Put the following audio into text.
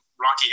Rocky